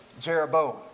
Jeroboam